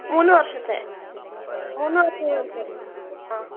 മൂന്ന് വർഷത്തെ മൂന്ന് വർഷത്തിനടുത്ത് ഉണ്ടാവും ആ